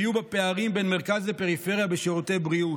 יהיו בה פערים בין מרכז לפריפריה בשירותי בריאות.